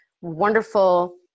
wonderful